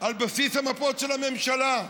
על בסיס המפות של הממשלה.